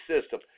system